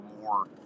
more